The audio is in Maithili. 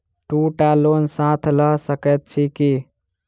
दु टा लोन साथ लऽ सकैत छी की?